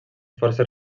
forces